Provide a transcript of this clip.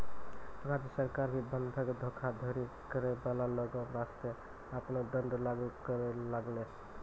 राज्य सरकार भी बंधक धोखाधड़ी करै बाला लोगो बासतें आपनो दंड लागू करै लागलै